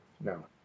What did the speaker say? no